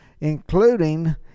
including